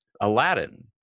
Aladdin